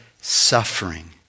suffering